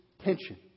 tension